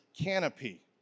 canopy